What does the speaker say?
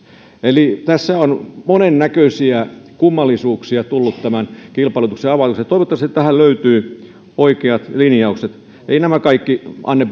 eli on monennäköisiä kummallisuuksia tullut tämän kilpailutuksen avaamiseen toivottavasti tähän löytyy oikeat linjaukset eivät nämä kaikki anne